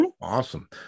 awesome